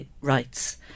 rights